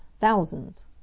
thousands